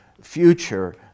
future